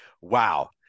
Wow